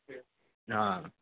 हाँ